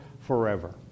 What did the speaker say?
forever